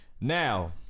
Now